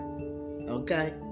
Okay